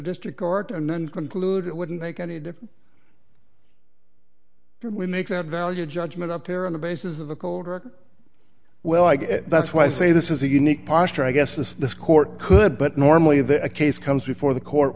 district court and then conclude it wouldn't make any difference for we make that value judgment up there on the basis of the well i guess that's why i say this is a unique posture i guess this this court could but normally the case comes before the court